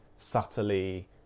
subtly